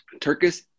Turkish